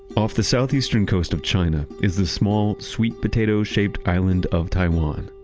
of the southeastern coast of china is the small sweet potato-shaped island of taiwan.